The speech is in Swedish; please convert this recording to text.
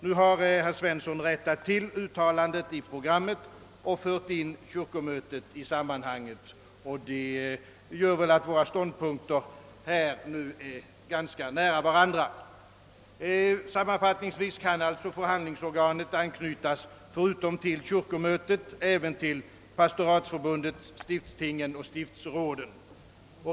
Nu har herr Svensson i Kungälv rättat till uttalandet i programmet och fört in kyrkomötet i sammanhanget, och det gör väl, att våra ståndpunkter är ganska nära varandra, Sammanfattningsvis kan jag alltså säga, att förhandlingsorganet kan anknytas, förutom till kyrkomötet, till pastoratsförbundet, stiftstingen och stiftsråden.